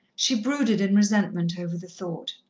she brooded in resentment over the thought.